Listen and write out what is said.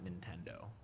Nintendo